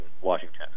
Washington